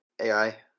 AI